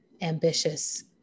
ambitious